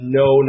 no